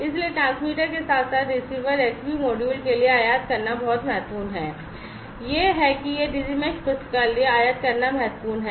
इसलिए ट्रांसमीटर के साथ साथ रिसीवर Xbee मॉड्यूल के लिए यह Digi mesh पुस्तकालय आयात करना महत्वपूर्ण है